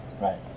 Right